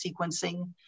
sequencing